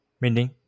meaning